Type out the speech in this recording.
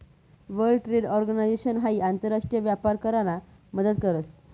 world trade organisation हाई आंतर राष्ट्रीय व्यापार करामा मदत करस